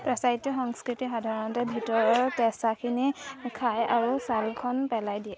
পাশ্চাত্য সংস্কৃতিত সাধাৰণতে ভিতৰৰ কেঁচাখিনি খায় আৰু ছালখন পেলাই দিয়ে